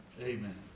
Amen